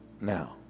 now